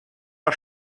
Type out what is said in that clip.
der